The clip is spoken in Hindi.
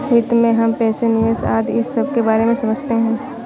वित्त में हम पैसे, निवेश आदि इन सबके बारे में समझते हैं